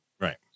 Right